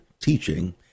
teaching